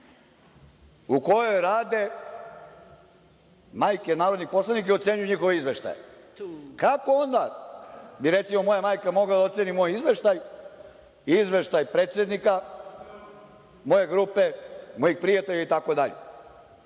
u kojoj rade majke narodnih poslanika i ocenjuju njihove izveštaje? Kako onda bi recimo moja majka mogla da oceni moj izveštaj, izveštaj predsednika moje grupe, mojih prijatelja itd? Moram